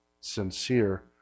Sincere